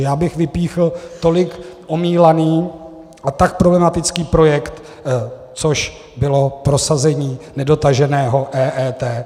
Já bych vypíchl tolik omílaný a tak problematický projekt, což bylo prosazení nedotaženého EET.